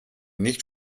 nicht